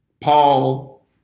Paul